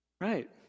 Right